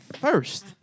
First